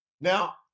Now